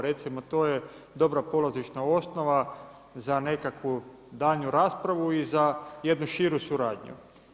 Recimo to je dobro polazišna osnova za nekakvu daljnju raspravu i za jednu širu suradnju.